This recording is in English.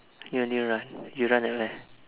you only run you run at where